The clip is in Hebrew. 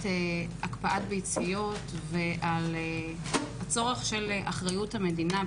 הקפאת ביציות ועל הצורך באחריות המדינה,